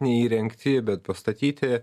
neįrengti bet pastatyti